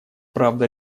правда